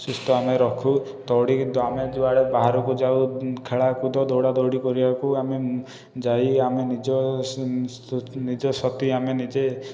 ସୁସ୍ଥ ଆମେ ରଖୁ ଦୌଡ଼ିକି ଆମେ ଯୁଆଡ଼େ ବାହାରକୁ ଯାଉ ଖେଳକୁଦ ଦୌଡ଼ା ଦୌଡ଼ି କରିବାକୁ ଆମେ ଯାଇ ଆମ ନିଜ ନିଜ ଶକ୍ତି ଆମେ ନିଜେ